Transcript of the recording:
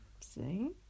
see